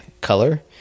color